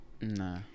No